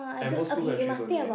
at most two countries only eh